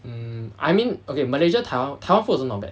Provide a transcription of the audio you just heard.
um I mean okay malaysia taiw~ taiwan food also not bad